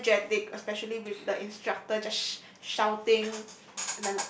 so energetic especially with the instructor just shouting